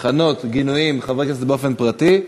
לכנות בגינויים חבר כנסת באופן פרטי,